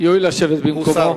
יואיל לשבת במקומו.